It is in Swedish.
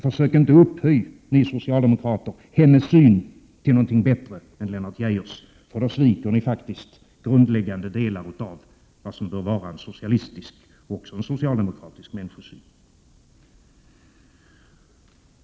Försök inte upphöja, ni socialdemokrater, hennes syn till någonting bättre än Lennart Geijers, för då sviker ni grundläggande delar av vad som bör vara en socialistisk och också en socialdemokratisk människosyn.